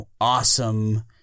awesome